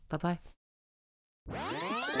Bye-bye